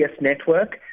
Network